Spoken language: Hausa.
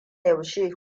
yaushe